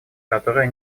которая